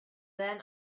then